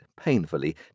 painfully